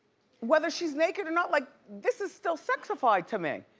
whether she's naked or not. like this is still sexified to me,